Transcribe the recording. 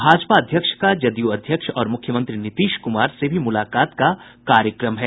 भाजपा अध्यक्ष का जदयू अध्यक्ष और मुख्यमंत्री नीतीश कुमार से भी मुलाकात का कार्यक्रम है